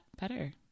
better